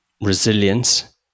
resilience